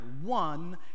one